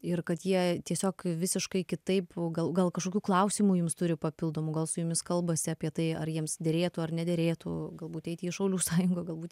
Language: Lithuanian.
ir kad jie tiesiog visiškai kitaip gal gal kažkokių klausimų jums turi papildomų gal su jumis kalbasi apie tai ar jiems derėtų ar nederėtų galbūt eiti į šaulių sąjungą galbūt